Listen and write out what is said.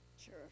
sure